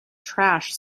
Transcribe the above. trash